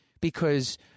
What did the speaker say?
because-